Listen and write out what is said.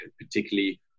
particularly